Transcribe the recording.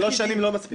שלוש שנים זה לא מספיק.